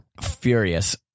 furious